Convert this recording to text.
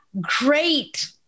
Great